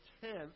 tenth